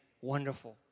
wonderful